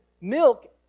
milk